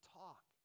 talk